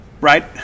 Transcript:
right